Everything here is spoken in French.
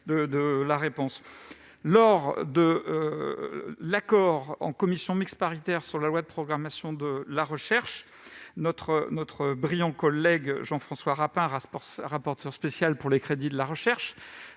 le cadre de l'accord en commission mixte paritaire sur la loi de programmation de la recherche, notre brillant collègue Jean-François Rapin, rapporteur spécial des crédits de la mission